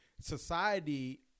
society